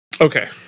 Okay